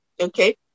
Okay